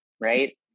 right